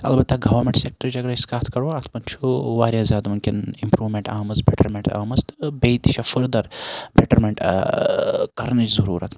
اَلبَتہ گَوَمیٚنٹ سیٚکٹرٕچ اَگَر أسۍ کتھ کَرو اتھ مَنٛز چھُ واریاہ زیادٕ وٕنکٮ۪ن اِمپروٗمیٚنٹ آمٕژ بیٚٹَرمیٚنٹ آمٕژ تہٕ بیٚیہِ تہٕ چھِ فٔردَر بیٚٹَرمیٚنٹ کَرنٕچ ضروٗرَت